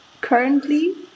currently